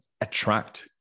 attract